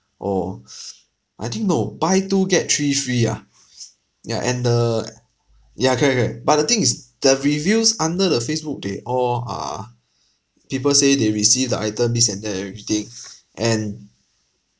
oh I didn't know buy two get three free ah ya and the uh ya correct correct but the thing is the reviews under the facebook they all are people say they received the item this and that and everything and